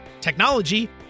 technology